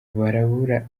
barabura